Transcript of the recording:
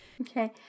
Okay